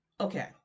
okay